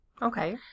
Okay